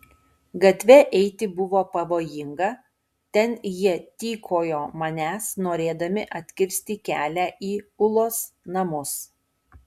gatve eiti buvo pavojinga ten jie tykojo manęs norėdami atkirsti kelią į ulos namus